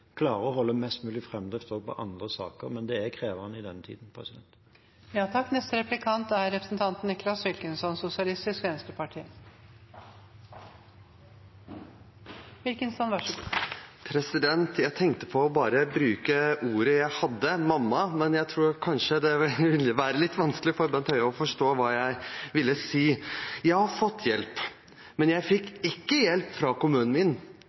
klare å holde mest mulig framdrift også i andre saker, men det er krevende i denne tiden. Jeg tenkte på bare å bruke ordet jeg hadde, «mamma», men jeg tror kanskje det ville være litt vanskelig for Bent Høie å forstå hva jeg ville si. Jeg har fått hjelp, men jeg fikk ikke hjelp fra kommunen min.